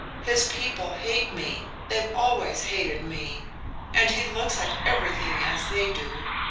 his people hate me, they've always hated me and he looks at everything as they do.